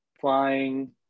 flying